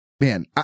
man